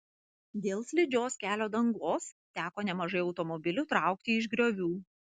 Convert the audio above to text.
dėl slidžios kelio dangos teko nemažai automobilių traukti iš griovių